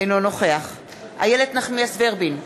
אינו נוכח איילת נחמיאס ורבין,